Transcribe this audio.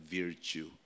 virtue